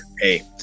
hey